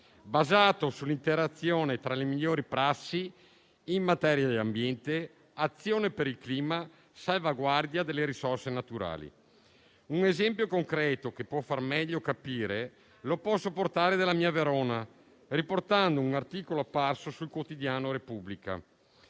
basato sull'interazione tra le migliori prassi in materia di ambiente, azione per il clima e salvaguardia delle risorse naturali. Un esempio concreto, che può far meglio capire, lo posso portare dalla mia Verona, riportando un articolo apparso sul quotidiano «la Repubblica»: